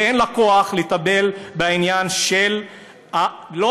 ואין לה כוח לטפל לא בעניין של אלימות,